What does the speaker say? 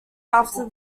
after